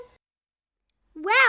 Wow